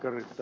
kallis